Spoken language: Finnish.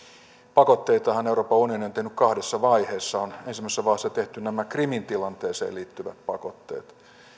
pakotteitahan euroopan unioni on tehnyt kahdessa vaiheessa on ensimmäisessä vaiheessa tehty nämä krimin tilanteeseen liittyvät pakotteet